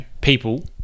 people